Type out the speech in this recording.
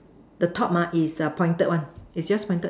the top ah is pointed one is just pointed